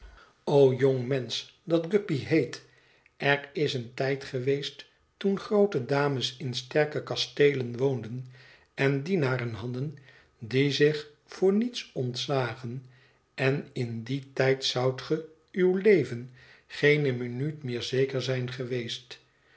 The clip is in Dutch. o jongmensch dat guppy heet er is een tijd geweest toen groote dames in sterke kasteelen woonden en dienaren hadden die zich voor niets ontzagen en in dien tijd zoudt gé uw leven geene minuut meer zeker zijn geweest